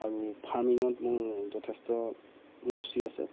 আৰু ফাৰ্মিঙত মোৰ যথেষ্ট ৰুচি আছে